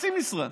לחצי משרה.